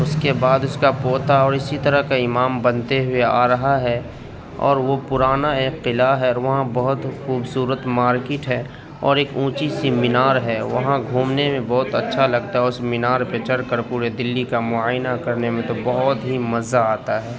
اس کے بعد اس کا پوتا اور اسی طرح کا امام بنتے ہوئے آ رہا ہے اور وہ پرانا ایک قلعہ ہے وہاں بہت خوبصورت مارکیٹ ہے اور ایک اونچی سی مینار ہے وہاں گھومنے میں بہت اچھا لگتا ہے اس مینار پہ چڑھ کر پورے دلی کا معائنہ کرنے میں تو بہت ہی مزہ آتا ہے